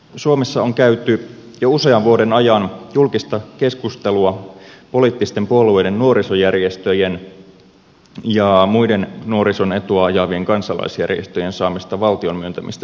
suomessa on käyty jo usean vuoden ajan julkista keskustelua poliittisten puolueiden nuorisojärjestöjen ja muiden nuorison etua ajavien kansalaisjärjestöjen saamista valtion myöntämistä tukirahoista